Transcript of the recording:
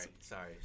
Sorry